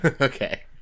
Okay